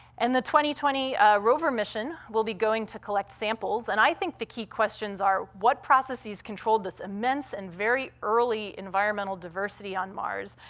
and twenty twenty rover mission will be going to collect samples, and i think the key questions are, what processes controlled this immense and very early environmental diversity on mars,